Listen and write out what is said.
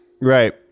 Right